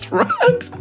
right